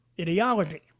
ideology